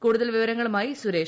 കൂടുതൽ വിവരങ്ങളുമായി സുരേഷ്